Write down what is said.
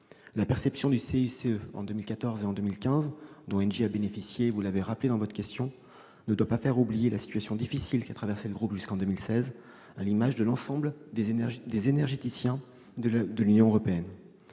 La perception du CICE en 2014 et en 2015, dont Engie a bénéficié- vous l'avez rappelé dans votre question -, ne doit pas faire oublier la situation difficile qu'a traversée le groupe jusqu'en 2016, à l'image de l'ensemble des énergéticiens de l'Union européenne.